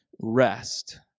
rest